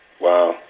wow